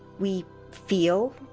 we feel,